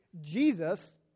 Jesus